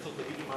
התשע"ב 2012,